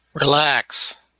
Relax